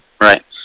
Right